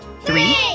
Three